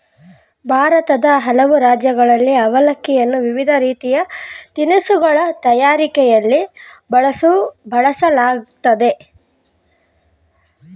ಭಾರತದ ಹಲವು ರಾಜ್ಯಗಳಲ್ಲಿ ಅವಲಕ್ಕಿಯನ್ನು ವಿವಿಧ ರೀತಿಯ ತಿನಿಸುಗಳ ತಯಾರಿಕೆಯಲ್ಲಿ ಬಳಸಲಾಗ್ತದೆ